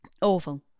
Awful